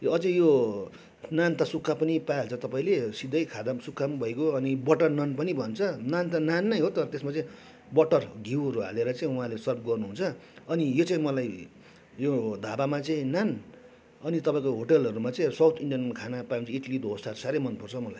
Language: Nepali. यो अझै यो नान त सुक्का पनि पाइहाल्छ तपाईँले सिधै खाँदा पनि सुक्का पनि भइगयो अनि बटर नान पनि भन्छ नान त नान नै हो तर त्यसमा चाहिँ बटर घिउहरू हालेर चाहिँ उहाँहरूले सर्भ गर्नुहुन्छ अनि यो चाहिँ मलाई यो ढाबामै चाहिँ नान अनि तपाईँको होटलहरूमा चाहिँ साउथ इन्डियन खाना पायो भने त इडली डोसा साह्रै मनपर्छ मलाई